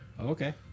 Okay